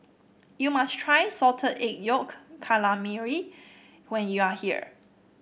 you must try Salted Egg Yolk Calamari when you are here